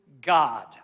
God